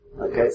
Okay